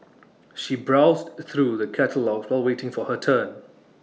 she browsed through the catalogues while waiting for her turn